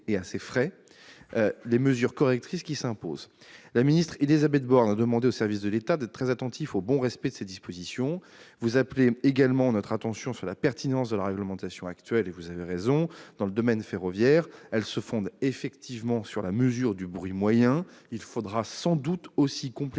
et à ses frais, les mesures correctrices qui s'imposent. La ministre Élisabeth Borne a demandé aux services de l'État d'être très attentifs au bon respect de ces dispositions. Vous appelez également notre attention sur la pertinence de la réglementation actuelle, et vous avez raison. Dans le domaine ferroviaire, elle se fonde effectivement sur la mesure du bruit moyen. Il faudra sans doute aussi compléter